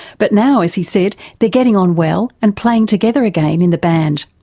but now, as he said, they're getting on well and playing together again in the band.